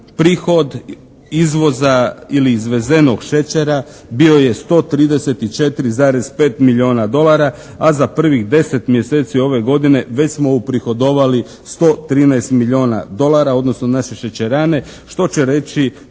prihod izvoza ili izvezenog šećera bio je 134,5 milijuna dolara, a za prvih 10 mjeseci ove godine već smo uprihodovali 113 milijuna dolara, odnosno naše šećerane. Što će reći